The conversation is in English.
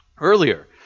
earlier